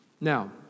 Now